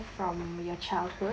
from your childhood